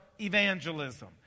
evangelism